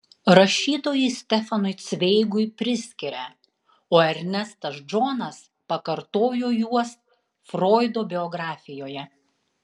rašytojui stefanui cveigui priskiria o ernestas džonas pakartojo juos froido biografijoje